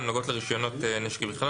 הן נוגעות לרישיונות נשק בכלל.